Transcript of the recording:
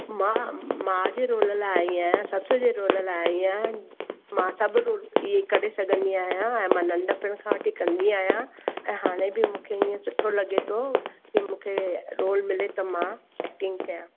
मां माउ जे रोल लाइ आई आहियां सस जे रोल लाइ आई आहियां मां सभु रोल ये करे सघंदी आहियां ऐं मां नंढपिण खां वठी कंदी आहियां ऐं हाणे बि मूंखे हीअं सुठो लॻे थो कि मूंखे रोल मिले त मां एक्टिंग कयां